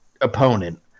opponent